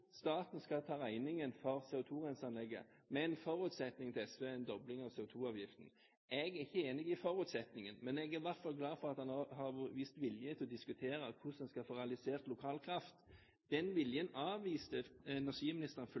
staten skal ta regningen for CO2-renseanlegget, men forutsetningen til SV er en dobling av CO2-avgiften. Jeg er ikke enig i forutsetningen, men jeg er i hvert fall glad for at han har vist vilje til å diskutere hvordan en skal få realisert lokal kraft. Den viljen avviste energiministeren